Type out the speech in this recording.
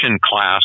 class